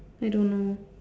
I don't know